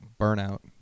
burnout